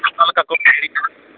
ᱚᱠᱟᱞᱮᱠᱟ ᱠᱚ ᱮᱲᱮᱧᱟ